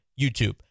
YouTube